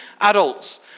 Adults